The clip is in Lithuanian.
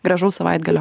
gražaus savaitgalio